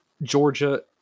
Georgia